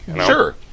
Sure